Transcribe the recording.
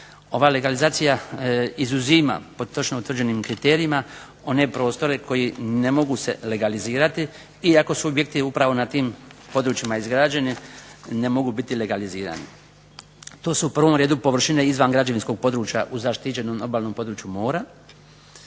ova legalizacija izuzima po točno utvrđenim kriterijima one prostore koji ne mogu se legalizirati iako subjekti upravo na tim područjima izgrađeni ne mogu biti legalizirani. To su u prvom redu površine izvan građevinskog područja u zaštićenom obalnom pojasu mora,